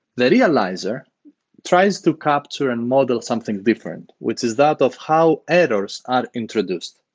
that realizer tries to capture and model something different, which is that of how errors are introduced.